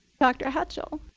dr. hatchell.